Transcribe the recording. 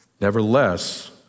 Nevertheless